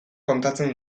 kontatzen